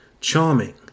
Charming